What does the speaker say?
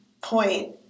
point